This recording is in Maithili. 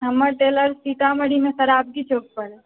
हमर टेलर सीतामढ़ीमे सरावगी चौकपर अछि